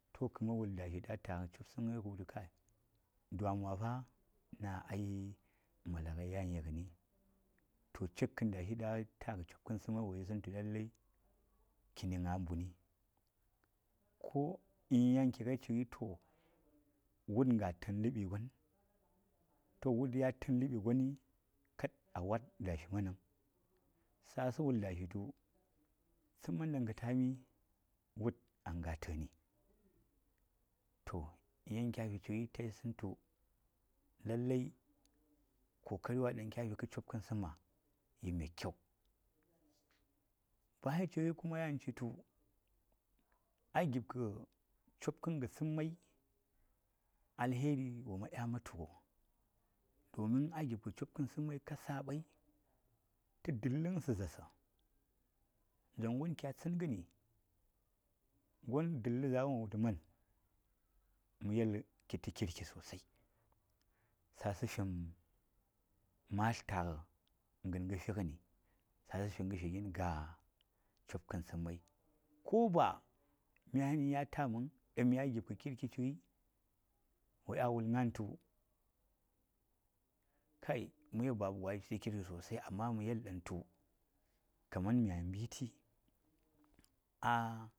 To kə man wul da shi ɗaŋ ayi ta ngə yan yi ngɗndi to cik kən dashi ɗan a ta ngə cob kən sən dashi ɗan a ta bgə cob kən səm mai wo yi sə ngəi tu kini a ci ngəi to wud ya təɓi goni a wad dashi mənəŋ tla wul da shi tu səman ɗan kə tami wud a ngaa təni to in yan kya fi ci ngəi tayi səŋ to lallai kokari iva ɗaŋ kya fi kə cob ngən tsəmma yi me kyau baya ci ngei kuma yan ci tu gip kə cob kən kə səmmai alheri wo dya man tu ngə domin a gip ka cob kən səmai ka saɓai tə dələn sə zaar sə dzan gon kya tsən ngəni gou dəllə zar won wultu man mə yel ki tə kirki sosai tla sə fim ma ta ngɗ la ngə fi ngəni sa sə fi ngə fi ngə shi gin cob kən səmmai ko ba mya nən ya ta məŋ ɗaŋ mya gip kə kir ki ci ngəi wo dya wul ngaan tu kai mə yel baba gwai ci ə kirki sosai, amma mə yel ɗan tu kaman mya mbiti a.